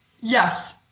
yes